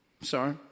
Sorry